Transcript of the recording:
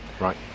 Right